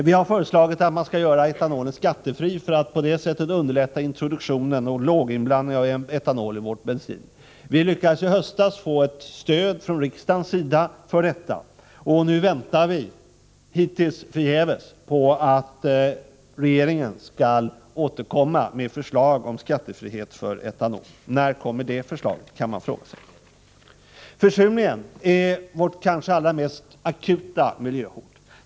Vi har föreslagit att man skall göra etanolen skattefri för att på det sättet underlätta introduktionen och låginblandningen av etanol i vår bensin. Vi lyckades i höstas få ett stöd från riksdagens sida för detta. Nu väntar vi, hittills förgäves, på att regeringen skall återkomma med förslag om skattefrihet för etanol. När kommer det förslaget? Försurningen är vårt kanske allra mest akuta miljöhot.